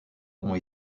ont